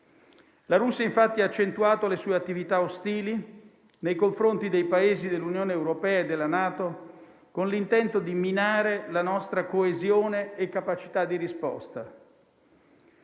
La Russia infatti ha accentuato le sue attività ostili nei confronti dei Paesi dell'Unione europea e della NATO con l'intento di minare la nostra coesione e capacità di risposta.